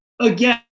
again